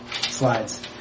slides